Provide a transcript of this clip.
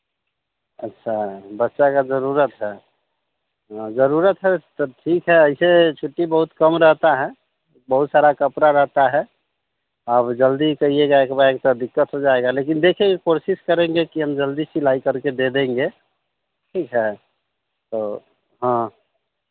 अच्छा बच्चा का ज़रूरत है हाँ ज़रूरत है तो ठीक है एसे छुट्टी बहुत कम रहता है बहुत सारा कपड़ा रहता है अब जल्दी कहिएगा एक बाएग तो दिक्कत हो जाएगा लेकिन देखिए कोशिश करेंगे कि हम जल्दी सिलाई करके दे देंगे ठीक है तो हाँ